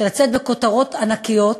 של לצאת בכותרות ענקיות,